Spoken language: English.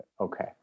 Okay